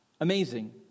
Amazing